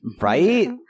Right